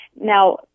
Now